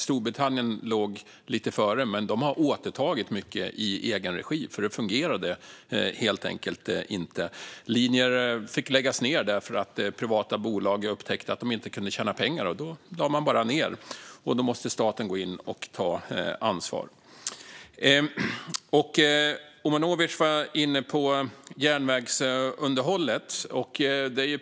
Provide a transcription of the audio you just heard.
Storbritannien låg lite före, men de har återtagit mycket i egen regi, för det fungerade helt enkelt inte. Linjer fick läggas ned för att privata bolag upptäckte att de inte kunde tjäna pengar på dem. Då lades de ned, och då måste staten gå in och ta ansvar. Omanovic var inne på järnvägsunderhållet.